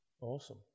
Awesome